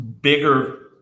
bigger